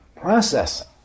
processing